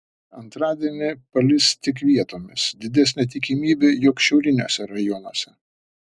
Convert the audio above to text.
antradienį palis tik vietomis didesnė tikimybė jog šiauriniuose rajonuose